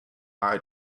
eye